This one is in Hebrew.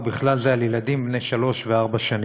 ובכלל זה על ילדים בני שלוש וארבע שנים.